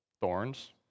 thorns